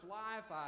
life